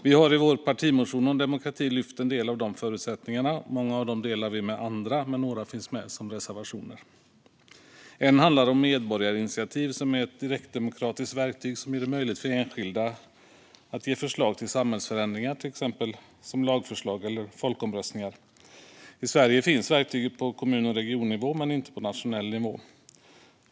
Vi har i vår partimotion om demokrati lyft fram en del av dessa förutsättningar. Många av dem delar vi med andra, och några har lett till reservationer. En handlar om medborgarinitiativ, som är ett direktdemokratiskt verktyg som gör det möjligt för enskilda att lämna förslag till samhällsförändringar, till exempel som lagförslag eller folkomröstningar. I Sverige finns verktyget på kommun och regionnivå men inte på nationell nivå.